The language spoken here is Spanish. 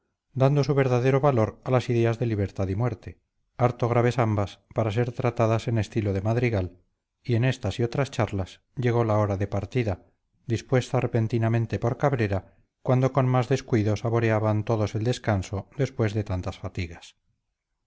dando su verdadero valor a las ideas de libertad y muerte harto graves ambas para ser tratadas en estilo de madrigal y en estas y otras charlas llegó la hora de partida dispuesta repentinamente por cabrera cuando con más descuido saboreaban todos el descanso después de tantas fatigas